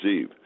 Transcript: Eve